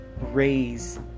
raise